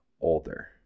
older